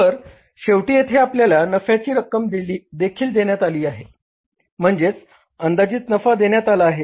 तर शेवटी येथे आपल्याला नफ्याची रक्कमदेखील देण्यात आली आहे म्हणजे अंदाजित नफा देण्यात आला आहे